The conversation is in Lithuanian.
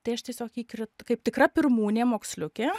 tai aš tiesiog įkri kaip tikra pirmūnė moksliukė